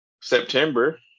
September